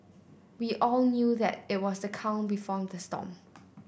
we all knew that it was the calm before the storm